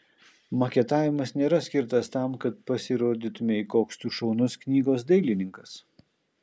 maketavimas nėra skirtas tam kad pasirodytumei koks tu šaunus knygos dailininkas